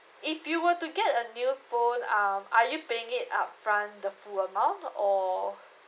if you were to get a new phone um are you paying it upfront the full amount or